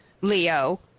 Leo